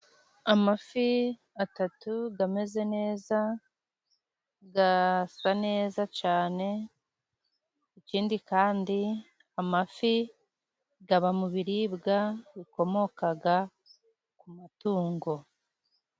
Amafi atatu ameze neza, asa neza cyane, ikindi kandi amafi aba mu biribwa bikomoka ku matungo.